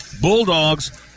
Bulldogs